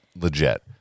legit